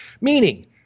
Meaning